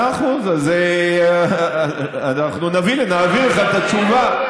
מאה אחוז, אז אנחנו נעביר לך את התשובה.